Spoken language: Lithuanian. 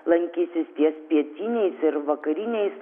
lankysis ties pietiniais ir vakariniais